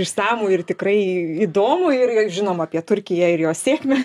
išsamų ir tikrai įdomų ir ir žinoma apie turkiją ir jos sėkmę